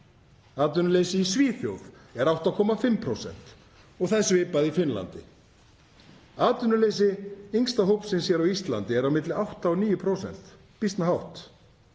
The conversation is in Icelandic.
Atvinnuleysi í Svíþjóð er 8,5% og það er svipað í Finnlandi. Atvinnuleysi yngsta hópsins á Íslandi er á milli 8 og 9%, býsna hátt